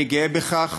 אני גאה בכך